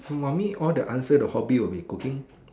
for me the answer the hobby will be cooking